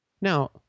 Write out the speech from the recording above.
Now